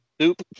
soup